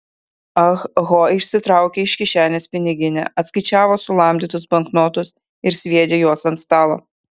ah ho išsitraukė iš kišenės piniginę atskaičiavo sulamdytus banknotus ir sviedė juos ant stalo